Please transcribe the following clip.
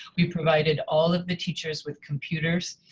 we provided all of the teachers with computers,